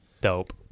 Dope